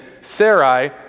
Sarai